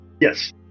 Yes